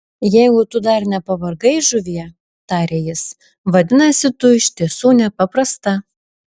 jeigu tu dar nepavargai žuvie tarė jis vadinasi tu iš tiesų nepaprasta